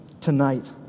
tonight